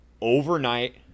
overnight